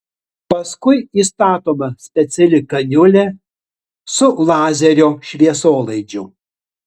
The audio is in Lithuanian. paskui įstatoma speciali kaniulė su lazerio šviesolaidžiu